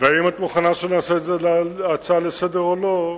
אם את מוכנה שנעשה את זה הצעה לסדר-היום או לא,